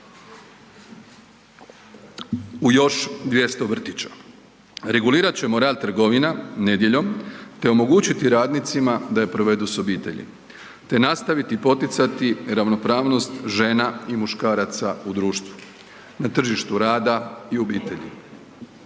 u još 200 vrtića. Regulirat ćemo rad trgovina nedjeljom te omogućiti radnicima da je provedu s obitelji te nastaviti poticati ravnopravnost žena i muškaraca u društvu, na tržištu rada i u obitelji.